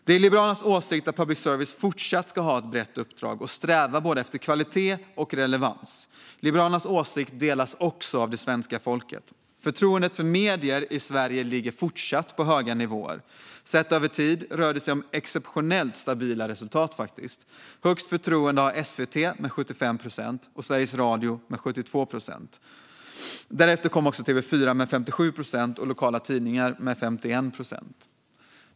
Det är Liberalernas åsikt att public service fortsatt ska ha ett brett uppdrag och sträva efter både kvalitet och relevans. Liberalernas åsikt delas också av det svenska folket: Förtroendet för medier i Sverige ligger fortsatt på höga nivåer. Sett över tid rör det sig om exceptionellt stabila resultat. Högst förtroende har SVT med 75 procent och SR med 72 procent. Därefter kommer TV4 med 57 procent och lokala tidningar med 51 procent.